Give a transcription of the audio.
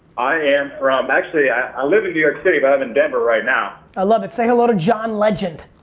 i am from, actually i live in new york city but i'm in denver right now. i love it! say hello to john legend.